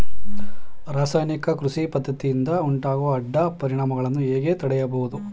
ರಾಸಾಯನಿಕ ಕೃಷಿ ಪದ್ದತಿಯಿಂದ ಉಂಟಾಗುವ ಅಡ್ಡ ಪರಿಣಾಮಗಳನ್ನು ಹೇಗೆ ತಡೆಯಬಹುದು?